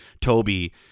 Toby